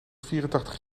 vierentachtig